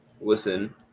listen